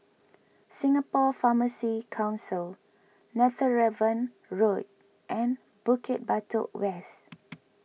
Singapore Pharmacy Council Netheravon Road and Bukit Batok West